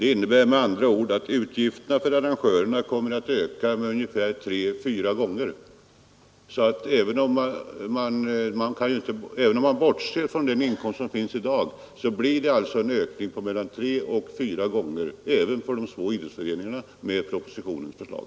Det innebär med andra ord att utgifterna för arrangörerna kommer att bli tre eller fyra gånger större. Även om man bortser från den inkomst som finns i dag blir alltså utgifterna tre eller fyra gånger större också för de små idrottsföreningarna enligt propositionens förslag.